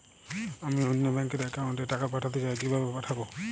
আমি অন্য ব্যাংক র অ্যাকাউন্ট এ টাকা পাঠাতে চাই কিভাবে পাঠাবো?